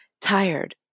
tired